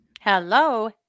hello